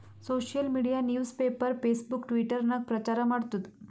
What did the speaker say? social media news paper, Facebook, Twitter ನಾಗ್ ಪ್ರಚಾರ್ ಮಾಡ್ತುದ್